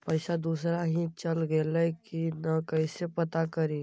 पैसा दुसरा ही चल गेलै की न कैसे पता करि?